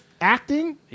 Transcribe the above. Acting